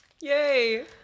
Yay